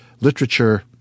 literature